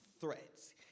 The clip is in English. threats